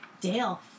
Dale